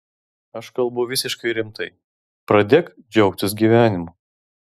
aš kalbu visiškai rimtai pradėk džiaugtis gyvenimu